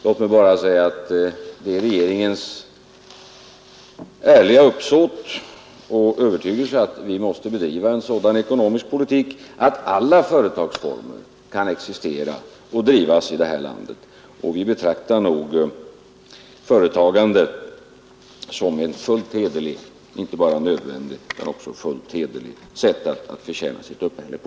Låt mig bara säga att det är regeringens ärliga uppsåt och övertygelse att vi måste bedriva en sådan ekonomisk politik att alla företagsformer kan existera och drivas i detta land. Vi betraktar företagandet som ett fullt hederligt — inte bara nödvändigt utan också fullt hederligt — sätt att förtjäna sitt uppehälle på.